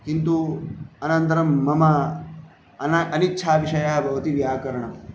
किन्तु अनन्तरं मम अना अनिच्छाविषयः भवति व्याकरणं